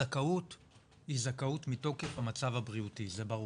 הזכאות היא זכאות מתוקף המצב הבריאותי, זה ברור.